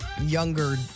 younger